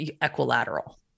equilateral